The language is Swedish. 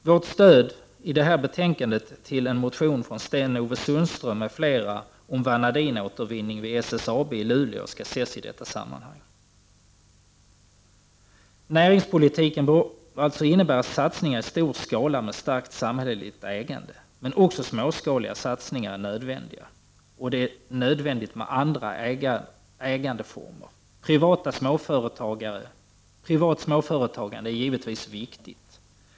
Vårt stöd i detta betänkande till en motion från Sten-Ove Sundström m.fl. om vanadinåtervinningen vid SSAB i Luleå skall ses i detta sammanhang. Näringspolitiken bör innebära satsningar i stor skala med starkt samhälleligt ägande. Men också småskaliga satsningar är nödvändiga, och det är nödvändigt med andra ägandeformer. Privat småföretagande är givetvis viktigt.